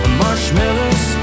marshmallows